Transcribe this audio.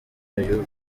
uyu